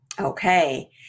Okay